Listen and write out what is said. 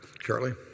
Charlie